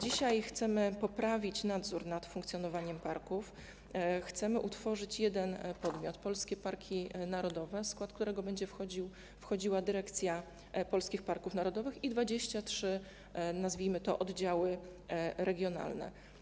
Dzisiaj chcemy poprawić nadzór nad funkcjonowaniem parków, chcemy utworzyć jeden podmiot: polskie parki narodowe, w skład którego będą wchodziły dyrekcja polskich parków narodowych i 23, nazwijmy to, oddziały regionalne.